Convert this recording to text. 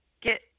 get